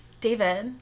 David